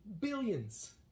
billions